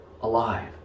alive